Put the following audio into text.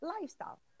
lifestyle